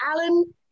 Alan